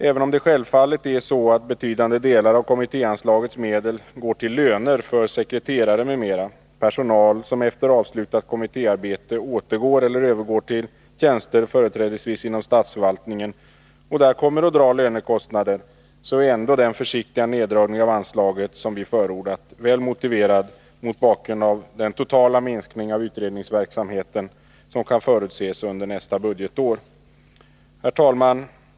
Även om självfallet betydande delar av kommittéanslagets medel går till löner för sekreterare m.m., dvs. personal som efter avslutat kommittéarbete återgår eller övergår till tjänster inom företrädesvis statsförvaltningen och där kommer att dra lönekostnader, är ändå den försiktiga neddragning av anslaget som vi förordat väl motiverad mot bakgrund av den totala minskning av utredningsverksamheten som kan förutses under nästa budgetår. Herr talman!